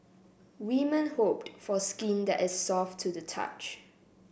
women hope for skin that is soft to the touch